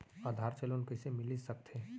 आधार से लोन कइसे मिलिस सकथे?